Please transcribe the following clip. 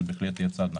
מה שבהחלט יהיה צעד נכון.